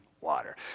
water